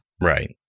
right